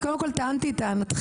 אני קודם כל טענתי את טענתכם.